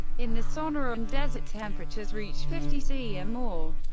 in the sonoran desert temperatures reach fifty c or more.